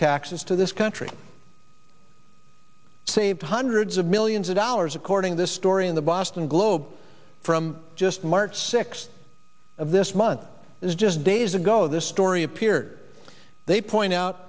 taxes to this country saved hundreds of millions of dollars according this story in the boston globe from just mart six of this month is just days ago this story appeared they point out